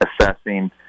assessing